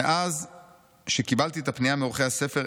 "מאז שקיבלתי את הפנייה מעורכי הספר,